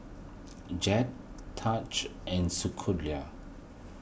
Jett Taj and